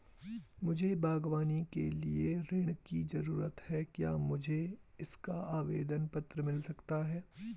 मुझे बागवानी के लिए ऋण की ज़रूरत है क्या मुझे इसका आवेदन पत्र मिल सकता है?